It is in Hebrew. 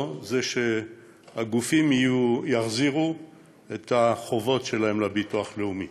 שהגופים יחזירו את החובות שלהם לביטוח הלאומי.